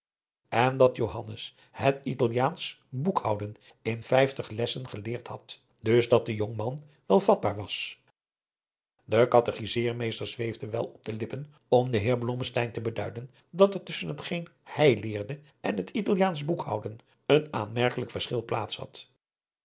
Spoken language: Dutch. en dat johannes het italiaansch boekhouden in vijftig adriaan loosjes pzn het leven van johannes wouter blommesteyn lessen geleerd had dus dat de jongman wel vatbaar was den katechizeermeester zweefde wel op de lippen om den heer blommesteyn te beduiden dat er tusschen hetgeen hij leerde en het italiaansch boekhouden een aanmerkelijk verschil plaats had